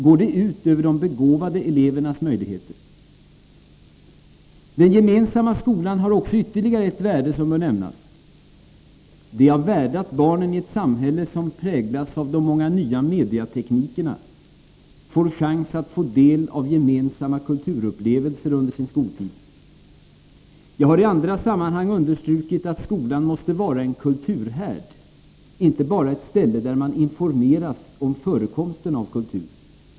Går det ut över de begåvade elevernas möjligheter? Den gemensamma skolan har också ytterligare ett värde som bör nämnas. Det är av värde att barnen i ett samhälle som präglas av nya mediatekniker får chans att ta del av gemensamma kulturupplevelser under sin skoltid. Jag har i andra sammanhang understrukit att skolan måste vara en kulturhärd, inte bara ett ställe där man informerar om förekomsten av kultur.